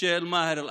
של מאהר אל-אח'רס.